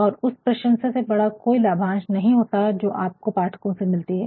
और उस प्रशंसा से बड़ा कोई लाभांश नहीं होता है जो आपको पाठकों से मिलती है